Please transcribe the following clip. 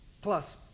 Plus